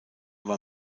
war